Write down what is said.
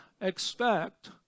expect